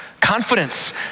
confidence